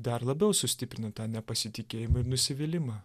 dar labiau sustiprina tą nepasitikėjimą ir nusivylimą